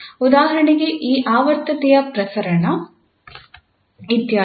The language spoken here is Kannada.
ಉದಾಹರಣೆಗೆ ಈ ಆವರ್ತತೆಯ ಪ್ರಸರಣ ಇತ್ಯಾದಿ